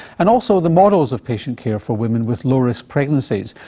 and also the models of patient care for women with low-risk pregnancies,